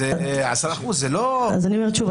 שזה 10%. אני אומרת שוב,